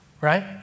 right